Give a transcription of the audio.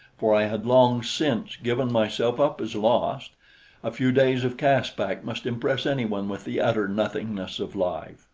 for i had long since given myself up as lost a few days of caspak must impress anyone with the utter nothingness of life.